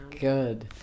Good